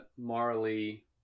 morally